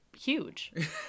huge